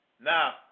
Now